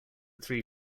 three